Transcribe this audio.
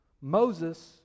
Moses